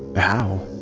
how?